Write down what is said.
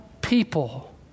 people